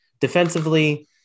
defensively